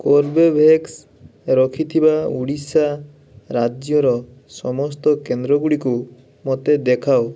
Corbevax ରଖିଥିବା ଓଡ଼ିଶା ରାଜ୍ୟର ସମସ୍ତ କେନ୍ଦ୍ର ଗୁଡ଼ିକ ମୋତେ ଦେଖାଅ